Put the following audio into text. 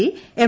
D M